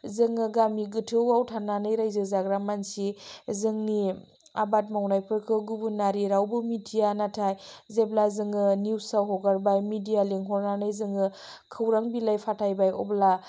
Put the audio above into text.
जोङो गामि गोथौआव थानानै रायजो जाग्रा मानसि जोंनि आबाद मावनायफोरखौ गुबुनारि रावजो मिथिया नाथाय जेब्ला जोङो निउसआव हगारबाय मिडिया लिंहरनानै जोङो खौरां बिलाइ फाथायबाय अब्ला